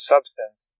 Substance